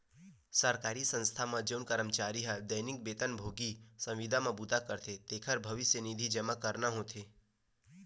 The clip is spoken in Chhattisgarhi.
सरकारी संस्था म जउन करमचारी ह दैनिक बेतन भोगी, संविदा म बूता करथे तेखर भविस्य निधि जमा करना होथे